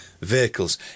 vehicles